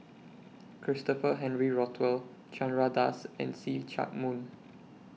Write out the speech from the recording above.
Christopher Henry Rothwell Chandra Das and See Chak Mun